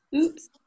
Oops